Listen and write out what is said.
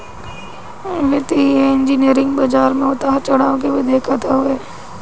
वित्तीय इंजनियरिंग बाजार में उतार चढ़ाव के भी देखत हअ